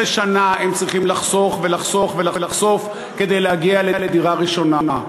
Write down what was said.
12 שנה הם צריכים לחסוך ולחסוך ולחסוך כדי להגיע לדירה ראשונה.